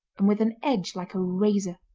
and with an edge like a razor.